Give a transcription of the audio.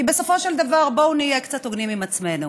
בסופו של דבר, בואו נהיה קצת הוגנים עם עצמנו: